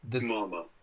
Mama